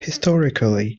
historically